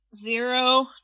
zero